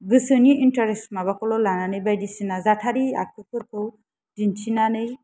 गोसोनि इन्ट्रेस्ट माबाखौल' लानानै बायदिसिना जाथारि आखुफोरखौ दिन्थिनानै